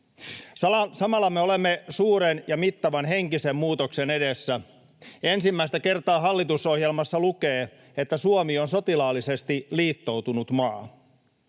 Samalla me olemme suuren ja mittavan henkisen muutoksen edessä, kun ensimmäistä kertaa hallitusohjelmassa lukee, että Suomi on sotilaallisesti liittoutunut maa.